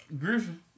Griffin